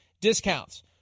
discounts